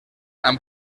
amb